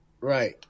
Right